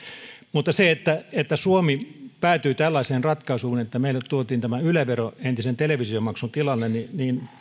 mutta kun suomi päätyi tällaiseen ratkaisuun että meille tuotiin tämä yle vero entisen televisiomaksun tilalle niin niin